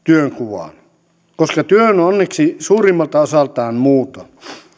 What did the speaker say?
työnkuvaan koska työ on onneksi suurimmalta osaltaan muuta